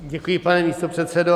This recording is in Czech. Děkuji, pane místopředsedo.